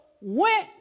went